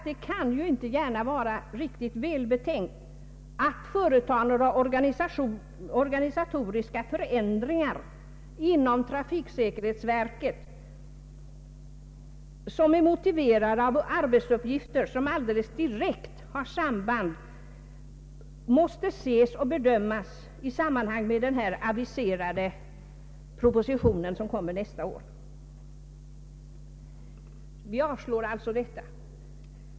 Det kan ju inte gärna vara riktigt välbetänkt att nu företa organisatoriska förändringar inom trafiksäkerhetsverket som är motiverade av arbetsuppgifter som direkt har samband med den till nästa år aviserade propositionen och måste bedömas i sammanhang därmed. Vi avstyrker alltså detta.